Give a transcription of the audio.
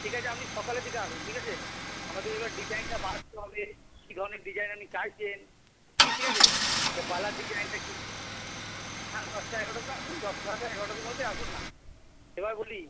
ঠিক আছে আপনি সকালের দিকে আসুন ঠিক আছে আমাদের এবার ডিজাইনটা বাছতে হবে কী ধরনের ডিজাইন আপনি চাইছেন কি ঠিক আছে তা বালার ডিজাইনটা কী হ্যাঁ দশটা এগারোটা করে আসুন দশটা সাড়ে এগারোটার মধ্যেই আসুন না এবার বলি